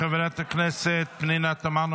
חברת הכנסת פנינה תמנו,